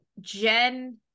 Jen